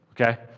okay